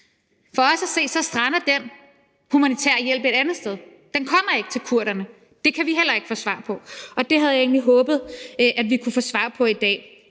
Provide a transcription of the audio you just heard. For os at se strander den humanitære hjælp et andet sted. Den kommer ikke til kurderne. Det kan vi heller ikke få svar på, og det havde jeg egentlig håbet at vi kunne få svar på i dag.